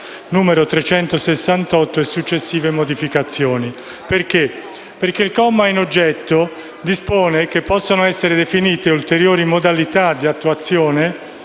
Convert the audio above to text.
n. 368, e successive modificazioni». Il comma in oggetto dispone che possano essere definite ulteriori modalità di attuazione